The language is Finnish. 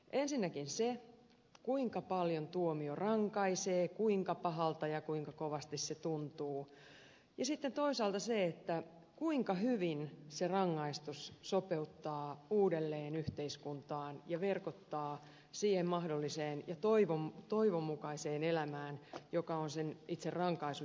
ensinnäkin se kuinka paljon tuomio rankaisee kuinka pahalta ja kuinka kovasti se tuntuu sitten toisaalta se kuinka hyvin se rangaistus sopeuttaa uudelleen yhteiskuntaan ja verkottaa siihen mahdolliseen ja toivon mukaiseen elämään joka on sen itse rankaisun jälkeen